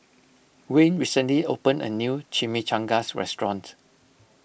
Wayne recently opened a new Chimichangas restaurant